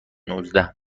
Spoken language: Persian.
نوزده